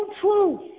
truth